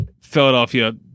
Philadelphia